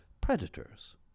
predators